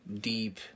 deep